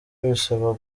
bisaba